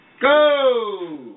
Go